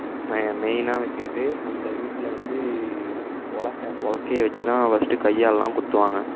ம மெய்னாக வச்சுக்கிட்டு அந்த வீட்டில் வந்து உலக்க உலக்கைய வச்சு தான் ஃபஸ்ட்டு கையாலெலாம் குத்துவாங்க